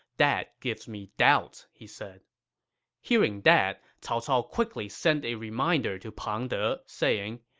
that gives me doubts, he said hearing that, cao cao quickly sent a reminder to pang de, saying,